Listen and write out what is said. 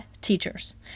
Teachers